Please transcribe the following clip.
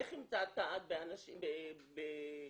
איך היא מתעתעת בעובדים